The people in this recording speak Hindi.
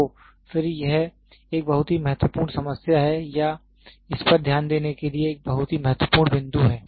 तो फिर यह एक बहुत ही महत्वपूर्ण समस्या है या इस पर ध्यान देने के लिए एक बहुत ही महत्वपूर्ण बिंदु है